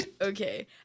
Okay